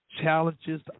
challenges